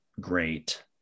great